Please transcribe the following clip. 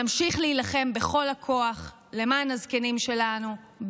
נמשיך להילחם בכל הכוח למען הזקנים שלנו,